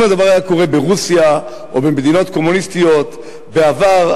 אם הדבר היה קורה ברוסיה או במדינות קומוניסטיות בעבר,